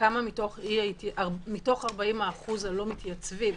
מתוך 40% הלא מתייצבים,